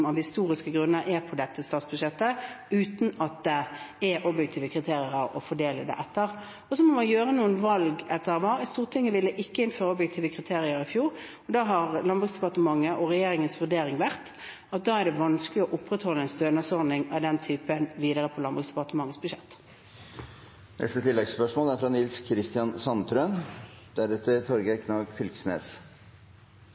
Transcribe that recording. av historiske grunner er på dette statsbudsjettet, uten at det er objektive kriterier å fordele etter. Så må man gjøre noen valg. Stortinget ville ikke innføre objektive kriterier i fjor. Landbruks- og matdepartementet og regjeringens vurdering har vært at da er det vanskelig å opprettholde en stønadsordning av den typen på Landbruks- og matdepartementets budsjett.